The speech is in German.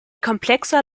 komplexer